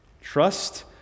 Trust